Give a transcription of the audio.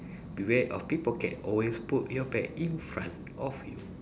beware of pickpocket always put your bag in front of you